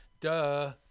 Duh